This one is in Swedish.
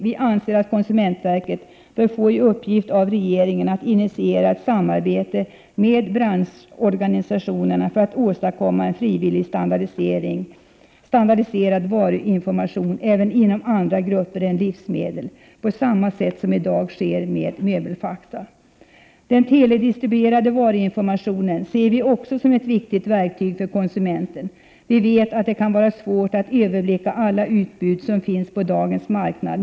Vi anser att konsumentverket bör få i uppgift av regeringen att initiera ett samarbete med branschorganisationerna för att åstadkomma en frivillig standardiserad varuinformation även inom andra varugrupper än livsmedel, på samma sätt som i dag sker med Möbelfakta. Den teledistribuerade varuinformationen ser vi också som ett viktigt verktyg för konsumenten. Vi vet att det kan vara svårt att överblicka alla utbud som finns på dagens marknad.